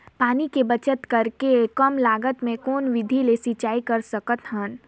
पानी के बचत करेके कम लागत मे कौन विधि ले सिंचाई कर सकत हन?